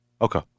Okay